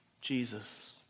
Jesus